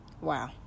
Wow